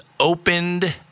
Opened